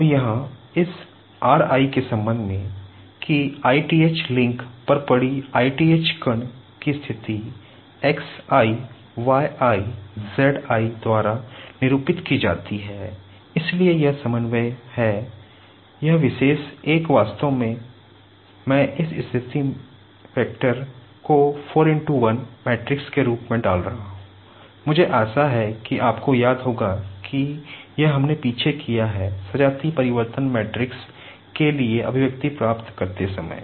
अब यहाँ इस r i के संबंध में कि i th लिंक को मैट्रिक्स प्राप्त करते समय